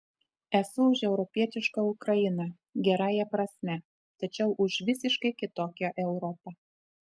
esu už europietišką ukrainą gerąja prasme tačiau už visiškai kitokią europą